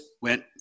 went